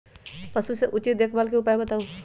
पशु के उचित देखभाल के उपाय बताऊ?